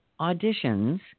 auditions